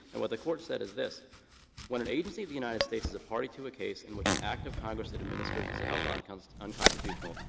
and what the court said is this when an agency of the united states is a party to a case in which an act of congress that it administers is held um kind of unconstitutional,